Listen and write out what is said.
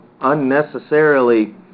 unnecessarily